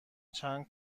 چند